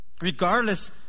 Regardless